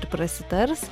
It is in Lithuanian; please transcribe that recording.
ir prasitars